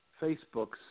Facebook's